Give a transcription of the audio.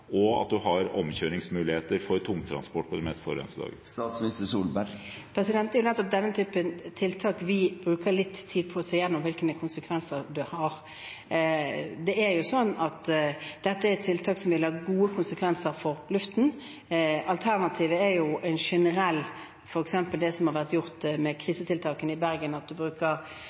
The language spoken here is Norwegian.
og omkjøringsmuligheter for tungtransport på de mest forurensede dagene? Det er nettopp den typen tiltak og hvilke konsekvenser de har, vi bruker litt tid på å se på. Dette er tiltak som vil ha gode konsekvenser for luften. Alternativet er f.eks. de krisetiltakene som har vært